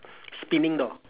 spinning door